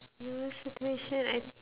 worse situation I